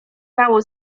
mało